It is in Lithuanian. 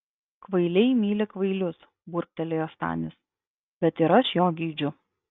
kvailiai myli kvailius burbtelėjo stanis bet ir aš jo gedžiu